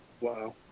Wow